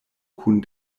kun